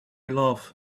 love